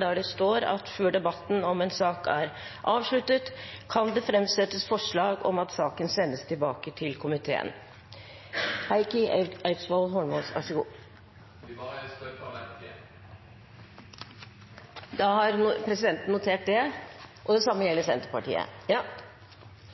der det står: «Før debatten om en sak er avsluttet, kan det fremsettes forslag om at saken sendes tilbake til komiteen.» Vi støtter Arbeiderpartiet. Da har presidenten notert det. Og det samme gjelder Senterpartiet.